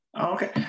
okay